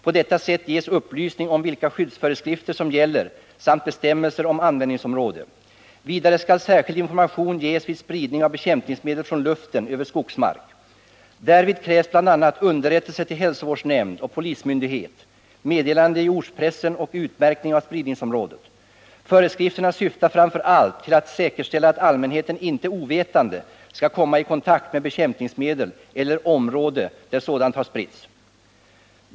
På detta sätt ges upplysning om vilka skyddsföreskrifter som gäller samt bestämmelser om användningsområde. Vidare skall särskild information ges vid spridning av bekämpningsmedel från luften över skogsmark. Därvid krävs bl.a. underrättelse till hälsovårdsnämnd och polismyndighet, meddelande i ortspressen och utmärkning av spridningsområdet. Föreskrifterna syftar framför allt till att säkerställa att allmänheten inte ovetande skall komma i kontakt med bekämpningsmedel eller område där sådant har spritts.